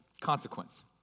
consequence